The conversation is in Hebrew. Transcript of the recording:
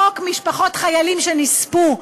חוק משפחות חיילים שנספו.